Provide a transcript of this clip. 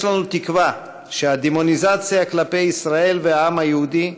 יש לנו תקווה שהדמוניזציה כלפי ישראל והעם היהודי,